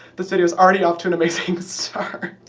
this video is already off to an amazing start.